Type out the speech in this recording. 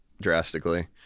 drastically